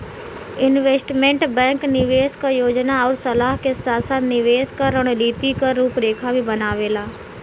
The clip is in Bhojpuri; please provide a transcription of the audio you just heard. इन्वेस्टमेंट बैंक निवेश क योजना आउर सलाह के साथ साथ निवेश क रणनीति क रूपरेखा भी बनावेला